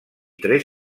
tres